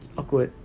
awkward